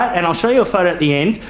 and i'll show you a photo at the end,